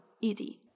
Easy